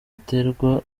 aterwa